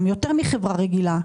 יותר מחברה רגילה.